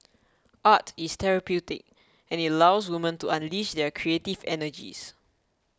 art is therapeutic and it allows woman to unleash their creative energies